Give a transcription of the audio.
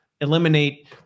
eliminate